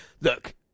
Look